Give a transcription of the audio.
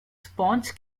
sponge